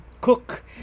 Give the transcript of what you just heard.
cook